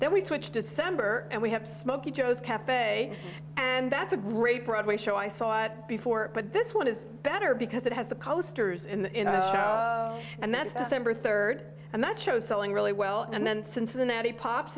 then we switch december and we have smokey joe's cafe and that's a great broadway show i saw before but this one is better because it has the coasters in and that's december third and that show selling really well and then cincinnati pops